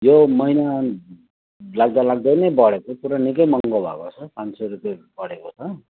यो महिना लाग्दा लाग्दै नै बढेको तर निकै महँगो भएको छ पाँच सय रुपियाँ बढेको छ